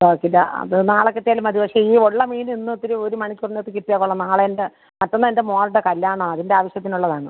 okay ഡ അത് നാളെ കിട്ടിയാലും മതി പക്ഷെ ഈ ഉള്ള മീൻ ഇന്ന് ഒത്തിരി ഒരു മണിക്കൂറിനകത്ത് കിട്ടിയാൽ കൊള്ളാം നാളെന്റെ മറ്റന്നാൾ എന്റെ മോളുടെ കല്ല്യാണമാണ് അതിൻ്റെ ആവശ്യത്തിന് ഉള്ളതാണ്